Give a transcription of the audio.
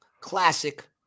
Classic